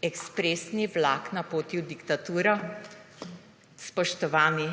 Ekspresni vlak na poti v diktaturo? Spoštovani!